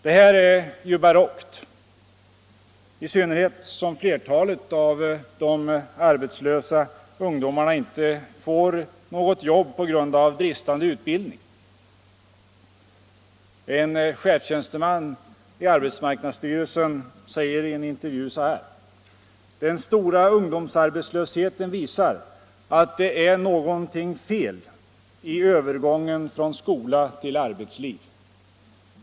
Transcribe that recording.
Det här är barockt, i synnerhet som flertalet av de arbetslösa ungdomarna inte får något jobb på grund av bristande utbildning! En chefstjänsteman i arbetsmarknadsstyrelsen säger i en intervju: ”Den stora ungdomsarbetslösheten visar att det är någonting fel i övergången från skola till arbetsliv.